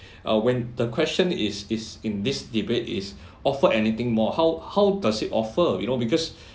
uh when the question is is in this debate is offer anything more how how does it offer you know because